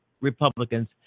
Republicans